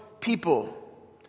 people